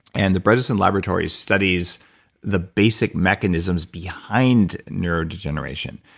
and the bredesen laboratory studies the basic mechanisms behind neurodegeneration.